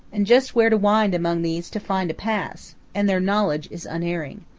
and just where to wind among these to find a pass and their knowledge is unerring.